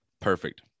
perfect